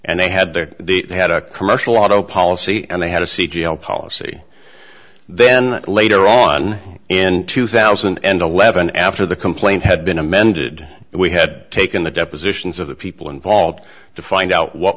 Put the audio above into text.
and they had their the they had a commercial auto policy and they had a c g l policy then later on in two thousand and eleven after the complaint had been amended we had taken the depositions of the people involved to find out what